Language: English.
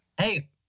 hey